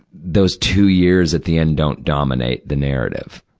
those two years at the end don't dominate the narrative.